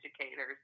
educators